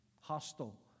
hostile